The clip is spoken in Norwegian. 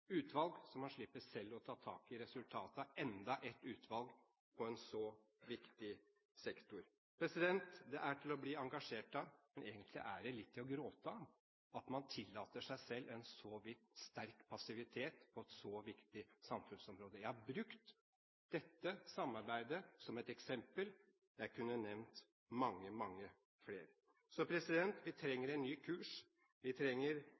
utvalg, så man slipper selv å ta tak i resultatet av enda et utvalg på en så viktig sektor. Det er til å bli engasjert av, men egentlig er det litt til å gråte av at man tillater seg selv en så vidt sterk passivitet på et så viktig samfunnsområde. Jeg har brukt dette samarbeidet som et eksempel. Jeg kunne nevnt mange, mange flere. Vi trenger